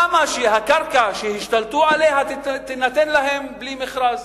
למה שהקרקע שהשתלטו עליה תינתן להם בלי מכרז?